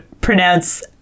pronounce